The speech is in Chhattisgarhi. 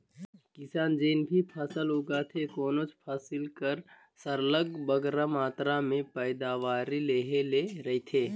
किसान जेन भी फसल उगाथे कोनोच फसिल कर सरलग बगरा मातरा में पएदावारी लेहे ले रहथे